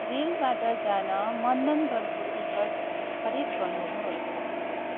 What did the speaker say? रेलबाट जान मन्दनगडको टिकट खरिद गर्नुहोस्